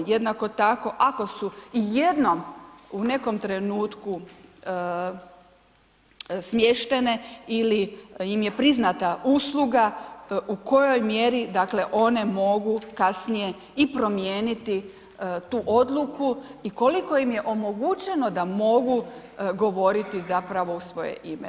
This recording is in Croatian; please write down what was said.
Jednako tako, ako su i jednom u nekom trenutku smještene ili im je priznata usluga u kojoj mjeri one mogu kasnije i promijeniti tu odluku i koliko im je omogućeno da mogu govoriti zapravo u svoje ime.